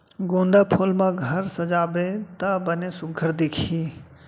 गोंदा फूल म घर सजाबे त बने सुग्घर दिखही